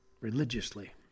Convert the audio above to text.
religiously